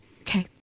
Okay